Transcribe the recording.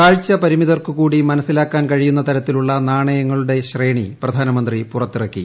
കാഴ്ചപരിമിതർക്കു കൂടി മ്നസ്സിലാക്കാൻ കഴിയുന്ന തരത്തിലുള്ള നാണയങ്ങളുടെ ശ്രേണി പ്രധാനമന്ത്രി പുറത്തിറക്കി